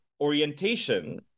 orientation